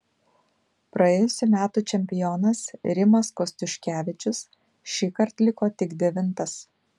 praėjusių metų čempionas rimas kostiuškevičius šįkart liko tik devintas